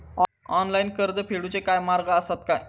Online कर्ज फेडूचे काय मार्ग आसत काय?